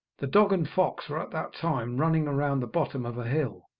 the dog and fox were at that time running round the bottom of a hill.